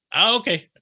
Okay